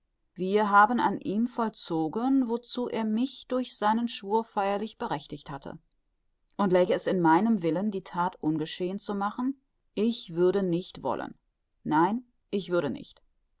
wir haben an ihm vollzogen wozu er mich durch seinen schwur feierlichst berechtiget hatte und läge es in meinem willen die that ungeschehen zu machen ich würde nicht wollen nein ich würde nicht